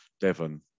Devon